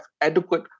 adequate